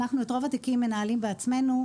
אנחנו את רוב התיקים מנהלים בעצמנו.